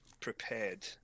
prepared